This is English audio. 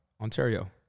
Ontario